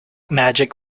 magic